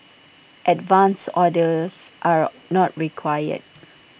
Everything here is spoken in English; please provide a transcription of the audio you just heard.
advance orders are not required